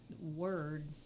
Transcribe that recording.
word